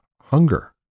hunger